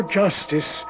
justice